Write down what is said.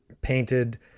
painted